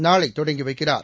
நாளை தொடங்கி வைக்கிறார்